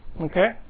Okay